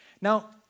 Now